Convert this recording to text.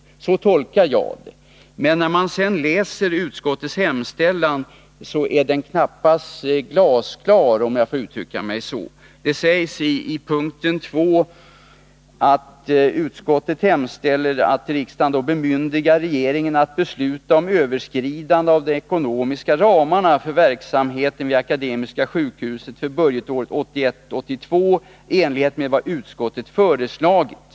Så tolkar jag det, men när jag sedan läser utskottets hemställan anser jag att det knappast är glasklart, om jag får uttrycka mig så. Det heter under mom. 2, att utskottet hemställer att riksdagen ”bemyndigar regeringen att besluta om överskridande av de ekonomiska ramarna för verksamheten vid akademiska sjukhuset för budgetåret 1981/82 i enlighet med vad utskottet föreslagit”.